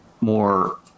more